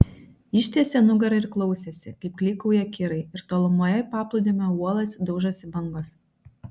ištiesė nugarą ir klausėsi kaip klykauja kirai ir tolumoje į paplūdimio uolas daužosi bangos